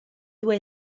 due